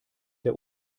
der